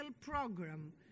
program